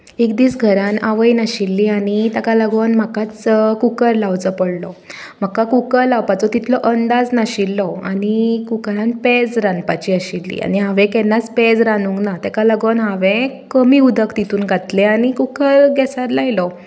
एक दीस घरांत आवय नाशिल्ली आनी ताका लागोन म्हाकाच कुकर लावचो पडलो म्हाका कुकर लावपाचो तितलो अंदाज नाशिल्लो आनी कुकरांत पेज रांदपाची आशिल्ली आनी हांवें केन्नाच पेज रांदूंक ना तेका लागोन हांवें कमी उदक तीतूंत घातलें आनी कुकर गेसार लायलो